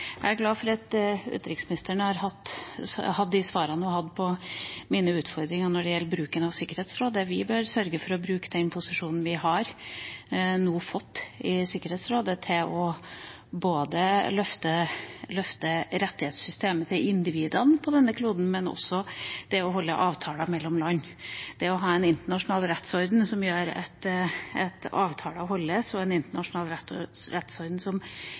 Jeg er glad for at utenriksministeren hadde de svarene hun hadde på mine utfordringer når det gjelder bruken av Sikkerhetsrådet. Vi bør sørge for å bruke den posisjonen vi nå har fått i Sikkerhetsrådet, til å løfte rettighetssystemene til individene på denne kloden, men også det å holde avtaler mellom land. Det å ha en internasjonal rettsorden som gjør at avtaler holdes, og en internasjonal